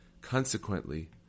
Consequently